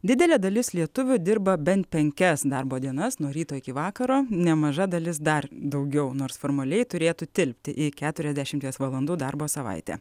didelė dalis lietuvių dirba bent penkias darbo dienas nuo ryto iki vakaro nemaža dalis dar daugiau nors formaliai turėtų tilpti į keturiasdešimties valandų darbo savaitę